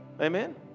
Amen